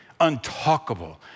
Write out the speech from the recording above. untalkable